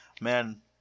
man